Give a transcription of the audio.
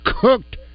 cooked